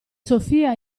sofia